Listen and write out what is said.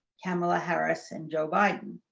kamala harris, and joe biden.